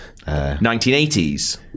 1980s